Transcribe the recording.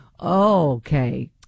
Okay